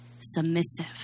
submissive